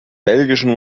belgischen